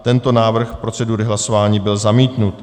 Tento návrh procedury hlasování byl zamítnut.